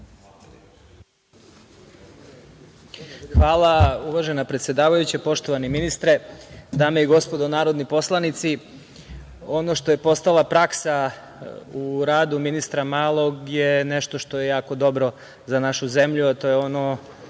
Hvala, uvažena predsedavajuća. Poštovani ministre, dame i gospodo narodni poslanici, ono što je postala praksa u radu ministra Malog, je nešto što je jako dobro za našu zemlju, a to je ono